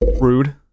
Rude